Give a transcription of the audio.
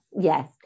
yes